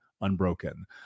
unbroken